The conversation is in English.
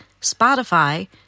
Spotify